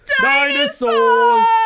Dinosaurs